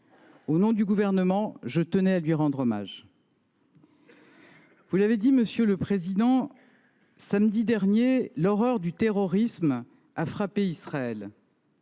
Au nom du Gouvernement, je tenais à lui rendre hommage. Vous l’avez dit, monsieur le président Kanner, samedi dernier, l’horreur du terrorisme a frappé Israël.